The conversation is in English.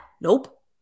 Nope